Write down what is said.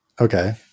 Okay